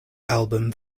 album